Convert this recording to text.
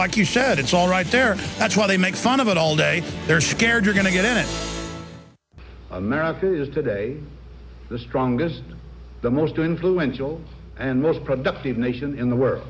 like you said it's all right there that's what they make fun of it all day they're scared you're going to get in america today the strongest the most to influential and most productive nation in the world